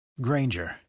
Granger